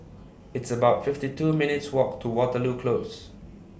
It's about fifty two minutes' Walk to Waterloo Close